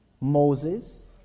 Moses